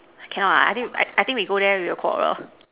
cannot ah I think I think we go there we will quarrel